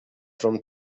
from